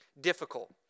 difficult